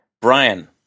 Brian